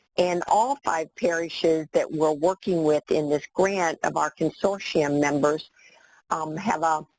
and all five parishes that we're working with in this grant of our consortium members um have a